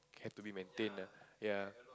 have to be maintained ah ya